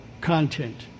content